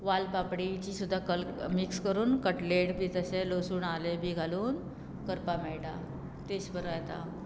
वाल पापडीची सुद्दां कल मिक्स करून कटलेट बी तशें लसूण आले बी घालून करपाक मेळटा तेश बरो येता